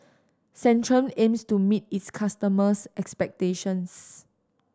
Centrum aims to meet its customers' expectations